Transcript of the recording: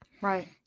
Right